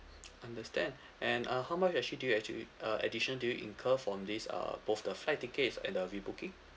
understand and uh how much actually did you actually uh additional did you incur from this uh both the flight tickets and the re-booking